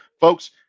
folks